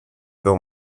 fill